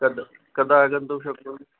कदा कदा आगन्तुं शक्नोमि